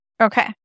Okay